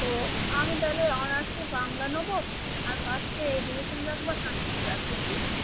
ও আমি তাহলে অনার্সে বাংলা নেব আর পাসে এডুকেশন রাখব আর সংস্কৃত রাখব তুই